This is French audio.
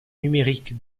numérique